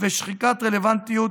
ושחיקת רלוונטיות